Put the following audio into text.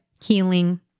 Healing